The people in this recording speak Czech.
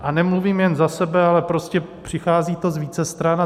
A nemluvím jen za sebe, ale prostě přichází to z více stran.